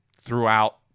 throughout